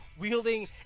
wielding